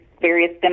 various